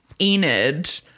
Enid